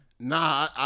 Nah